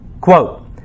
quote